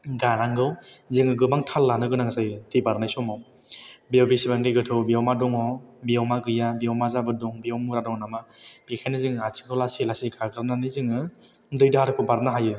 गानांगौ जोङो गोबां थाल लानो गोनां जायो दै बारनाय समाव बेयाव बेसेबां दै गोथौ बेयाव मा दङ बेयाव मा गैया बेयाव मा जाबोर दं बेयाव मुरा दं नामा बेनिखायनो जोङो आथिंखौ लासै लासै गाग्रोबनानै जोङो दै दाहारखौ बारनो हायो